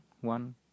one